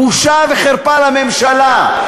בושה וחרפה לממשלה.